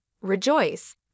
rejoice